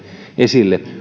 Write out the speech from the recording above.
esille